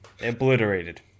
obliterated